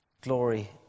glory